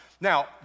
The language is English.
Now